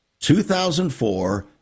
2004